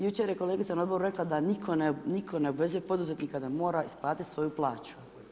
Jučer je kolegica na odboru rekla, da nitko ne obvezuje poduzetnika, da mora isplatiti svoju plaću.